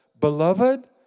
Beloved